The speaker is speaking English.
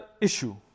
issue